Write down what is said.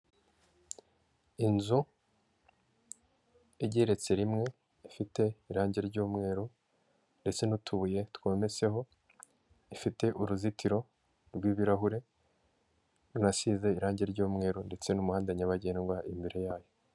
Inzu igeretse rimwe, ifite irange ry'umweru ndetse n'utubuye twometseho, ifite uruzitiro rw'ibirahure, runasize irangi ry'umweru ndetse n'umuhanda nyabagendwa imbere yayo.